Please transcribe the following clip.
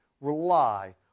rely